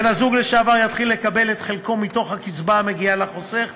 בן-הזוג לשעבר יתחיל לקבל את חלקו מתוך הקצבה המגיעה לחוסך,